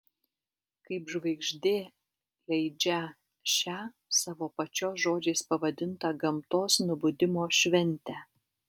kaip žvaigždė leidžią šią savo pačios žodžiais pavadintą gamtos nubudimo šventę